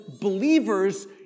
believers